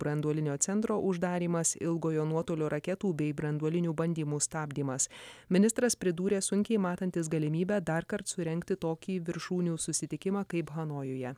branduolinio centro uždarymas ilgojo nuotolio raketų bei branduolinių bandymų stabdymas ministras pridūrė sunkiai matantis galimybę darkart surengti tokį viršūnių susitikimą kaip hanojuje